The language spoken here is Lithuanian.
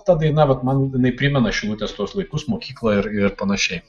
ta daina vat man jinai primena šilutės tuos laikus mokyklą ir ir panašiai